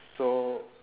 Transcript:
so